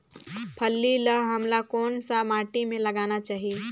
फल्ली ल हमला कौन सा माटी मे लगाना चाही?